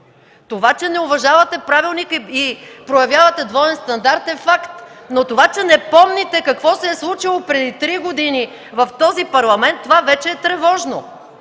Това, че не уважавате правилника и проявявате двоен стандарт, е факт. Но това, че не помните какво се е случило преди три години в този Парламент, вече е тревожно.